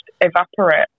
evaporate